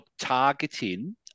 targeting